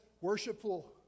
worshipful